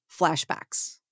flashbacks